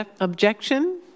objection